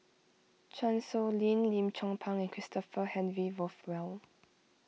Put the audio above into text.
Chan Sow Lin Lim Chong Pang and Christopher Henry Rothwell